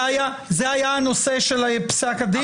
זה היה הנושא של פסק הדין?